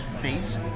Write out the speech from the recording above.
face